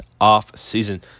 offseason